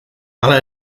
hala